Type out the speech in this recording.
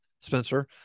Spencer